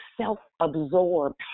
self-absorbed